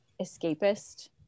escapist